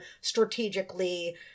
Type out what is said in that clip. strategically